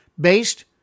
based